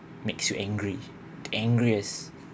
makes you angry angriest